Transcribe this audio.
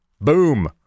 Boom